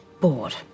bored